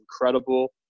incredible